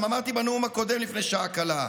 גם אמרתי בנאום הקודם לפני שעה קלה: